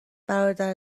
برادر